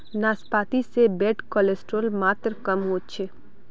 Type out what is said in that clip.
नाश्पाती से bad cholesterol मात्र कम होचे